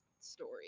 story